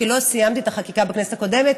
כי לא סיימתי את החקיקה בכנסת הקודמת,